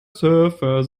surfer